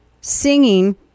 singing